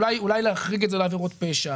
אולי להחריג את זה לעבירות פשע.